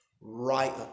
right